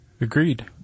Agreed